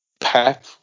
Pep